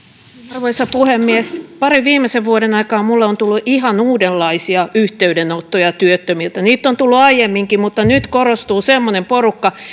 arvoisa puhemies parin viimeisen vuoden aikana minulle on tullut ihan uudenlaisia yhteydenottoja työttömiltä niitä on tullut aiemminkin mutta nyt korostuu semmoinen porukka